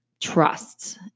trust